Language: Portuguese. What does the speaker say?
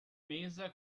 mesa